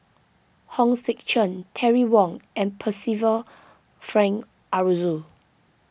Hong Sek Chern Terry Wong and Percival Frank Aroozoo